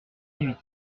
huit